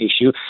issue